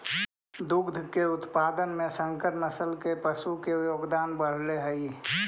दुग्ध उत्पादन में संकर नस्ल के पशु के योगदान बढ़ले हइ